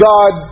God